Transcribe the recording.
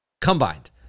combined